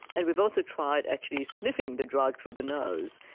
and we've also tried actually sniffing the drug through the nose.